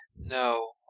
No